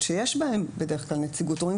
שיש בהם בדרך-כלל נציגות הורים.